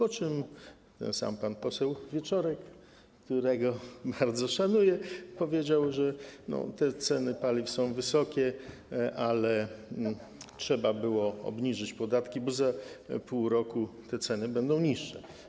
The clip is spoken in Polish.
A następnie ten sam pan poseł Wieczorek, którego bardzo szanuję, powiedział, że ceny paliw są wysokie, ale trzeba było obniżyć podatki, bo za pół roku te ceny będą niższe.